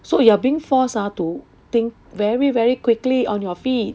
so you are being forced ah to think very very quickly on your feet